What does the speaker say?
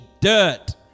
dirt